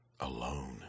alone